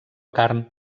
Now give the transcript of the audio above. carn